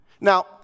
Now